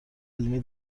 علمی